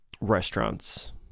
restaurants